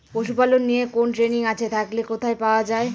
পশুপালন নিয়ে কোন ট্রেনিং আছে থাকলে কোথায় পাওয়া য়ায়?